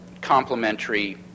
complementary